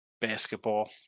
basketball